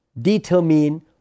determine